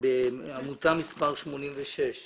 עמותה מספר 86,